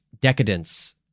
decadence